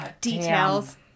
Details